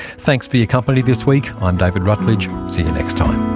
thanks for your company this week. i'm david rutledge. see you next time